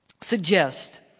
suggest